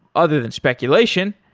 other than speculation.